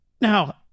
Now